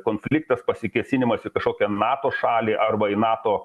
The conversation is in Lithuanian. konfliktas pasikėsinimas į kažkokią nato šalį arba į nato